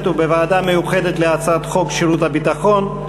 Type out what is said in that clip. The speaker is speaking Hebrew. ובוועדה המיוחדת להצעת חוק שירות ביטחון,